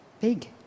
Big